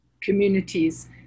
communities